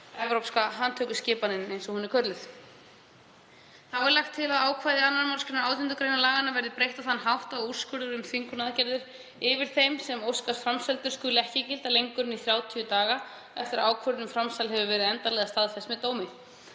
evrópska handtökuskipanin eins og hún er kölluð. Þá er lagt til að ákvæði 2. mgr. 18. gr. laganna verði breytt á þann hátt að úrskurður um þvingunaraðgerðir yfir þeim sem óskast framseldur skuli ekki gilda lengur en í 30 daga eftir að ákvörðun um framsal hefur verið endanlega staðfest með dómi,